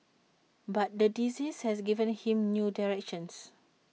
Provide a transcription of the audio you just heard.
but the disease has given him new direction